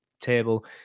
table